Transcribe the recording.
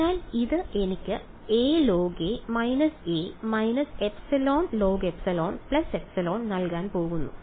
അതിനാൽ ഇത് എനിക്ക് alog − a − εlogε ε നൽകാൻ പോകുന്നു